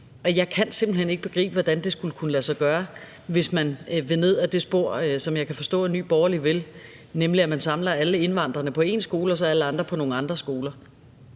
jeg kan simpelt hen ikke begribe, hvordan det skulle kunne lade sig gøre, hvis man vil ned ad det spor, som jeg kan forstå Nye Borgerlige vil, nemlig at man samler alle indvandrerne på én skole og så alle andre på nogle andre skoler.